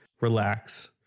relax